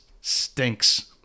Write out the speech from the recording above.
stinks